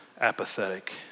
apathetic